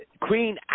Queen